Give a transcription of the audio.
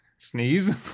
Sneeze